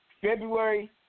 February